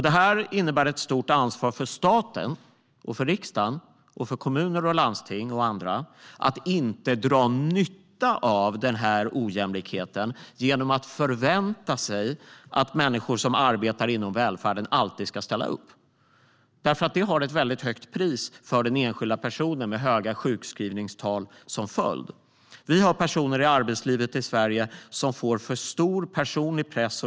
Det innebär ett stort ansvar för stat, riksdag, kommuner, landsting och andra att inte dra nytta av denna ojämlikhet genom att förvänta sig att de som arbetar inom välfärden alltid ska ställa upp. Det har nämligen ett högt pris för den enskilda personen, med höga sjukskrivningstal som följd. Vi har personer i arbetslivet i Sverige som får för stor personlig press.